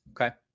Okay